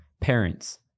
Parents